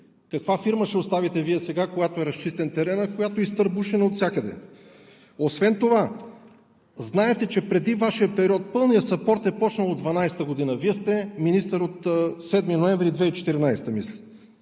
Каква фирма ще оставите Вие сега, когато е разчистен теренът, която е изтърбушена отвсякъде? Освен това, знаете, че преди Вашия период пълният съпорт е започнал от 2012 г. Вие сте министър от 7 ноември 2014 г.